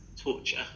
torture